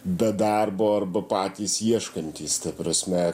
be darbo arba patys ieškantys ta prasme